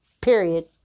Period